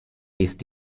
ist